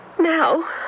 now